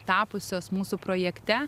tapusios mūsų projekte